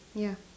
ya